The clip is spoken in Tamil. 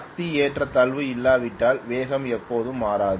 சக்தி ஏற்றத்தாழ்வு இல்லாவிட்டால் வேகம் எப்போதும் மாறாது